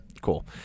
Cool